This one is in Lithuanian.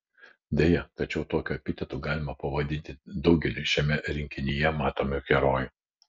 deja tačiau tokiu epitetu galima pavadinti daugelį šiame rinkinyje matomų herojų